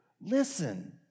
listen